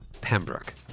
Pembroke